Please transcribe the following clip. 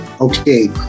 okay